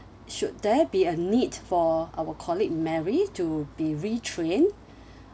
should there be a need for our colleague mary to be retrained